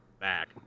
back